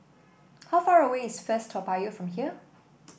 how far away is First Toa Payoh from here